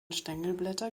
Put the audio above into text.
stängelblätter